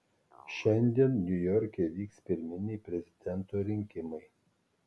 šiandien niujorke vyks pirminiai prezidento rinkimai